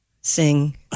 Sing